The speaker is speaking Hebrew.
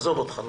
עזוב אותך.